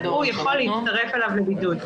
יכול להצטרף אליו לבידוד.